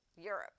Europe